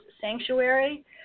sanctuary